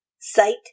Sight